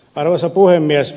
arvoisa puhemies